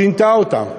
שינתה אותן.